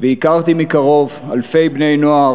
והכרתי מקרוב אלפי בני-נוער